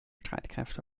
streitkräfte